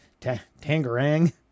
Tangerang